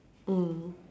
mm